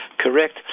correct